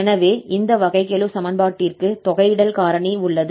எனவே இந்த வகைக்கெழு சமன்பாட்டிற்கு தொகையிடல் காரணி உள்ளது